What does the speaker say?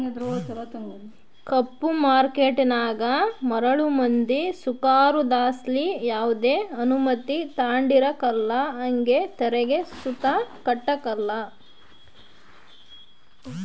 ಕಪ್ಪು ಮಾರ್ಕೇಟನಾಗ ಮರುಳು ಮಂದಿ ಸೃಕಾರುದ್ಲಾಸಿ ಯಾವ್ದೆ ಅನುಮತಿ ತಾಂಡಿರಕಲ್ಲ ಹಂಗೆ ತೆರಿಗೆ ಸುತ ಕಟ್ಟಕಲ್ಲ